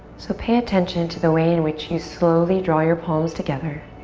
so pay attention to the way in which you slowly draw your palms together.